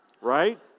Right